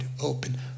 open